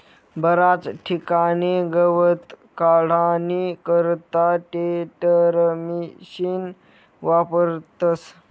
बराच ठिकाणे गवत काढानी करता टेडरमिशिन वापरतस